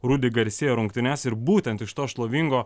rudi garcia rungtynes ir būtent iš to šlovingo